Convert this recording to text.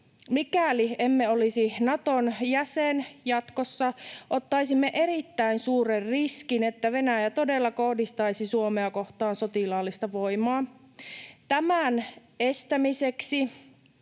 Mikäli emme olisi Naton jäsen jatkossa, ottaisimme erittäin suuren riskin, että Venäjä todella kohdistaisi Suomea kohtaan sotilaallista voimaa. Tämän estämiseksi